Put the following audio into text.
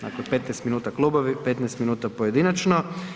Dakle 15 minuta klubovi, 15 minuta pojedinačno.